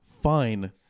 Fine